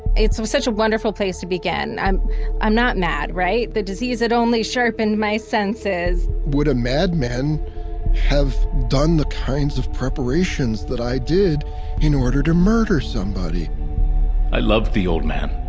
it's so such a wonderful place to begin. i'm i'm not mad right. the disease it only sharpened my senses would a mad men have done the kinds of preparations that i did in order to murder somebody i love the old man.